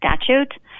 statute